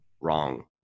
wrong